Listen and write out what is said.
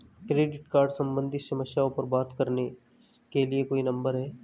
Credit card सम्बंधित समस्याओं पर बात करने के लिए कोई नंबर है?